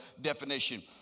definition